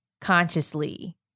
consciously